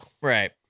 Right